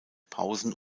pausen